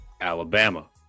Alabama